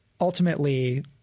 ultimately